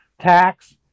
tax